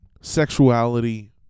sexuality